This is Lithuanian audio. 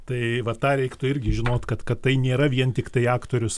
tai vat tą reiktų irgi žinot kad kad tai nėra vien tiktai aktorius